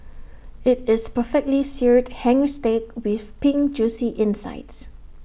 IT is perfectly Seared Hanger Steak with pink Juicy insides